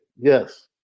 yes